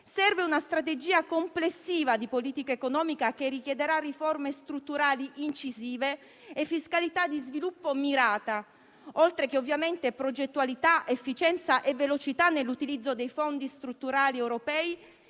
Serve una strategia complessiva di politica economica che richiederà riforme strutturali incisive e fiscalità di sviluppo mirata, oltre che ovviamente progettualità, efficienza e velocità nell'utilizzo dei fondi strutturali europei